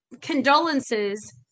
condolences